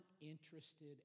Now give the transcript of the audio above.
interested